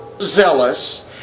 zealous